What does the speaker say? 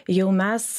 jau mes